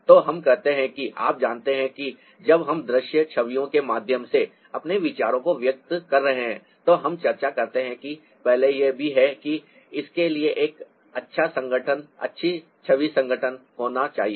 तो हम कहते हैं कि आप जानते हैं कि जब हम दृश्य छवियों के माध्यम से अपने विचारों को व्यक्त कर रहे हैं तो हम चर्चा करते हैं कि पहले यह भी है कि इसके लिए एक अच्छा संगठन अच्छी छवि संगठन होना चाहिए